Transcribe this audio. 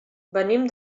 venim